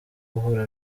guhura